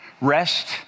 rest